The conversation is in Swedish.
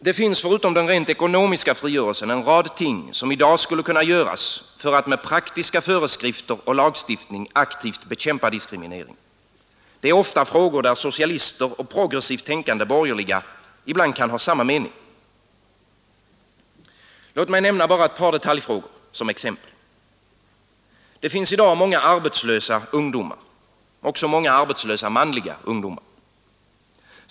Det finns förutom den rent ekonomiska frigörelsen en rad ting som i dag skulle kunna göras för att med praktiska föreskrifter och lagstiftning aktivt bekämpa diskrimineringen. Det är frågor där socialister och progressivt tänkande borgerliga ibland kan ha samma mening. Låt mig nämna bara ett par detaljfrågor som exempel. Det finns i dag många arbetslösa ungdomar, också många arbetslösa manliga ungdomar.